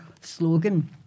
slogan